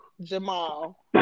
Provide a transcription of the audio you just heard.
Jamal